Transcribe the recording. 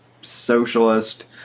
socialist